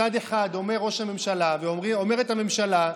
מצד אחד אומר ראש הממשלה ואומרת הממשלה: